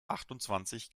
achtundzwanzig